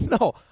No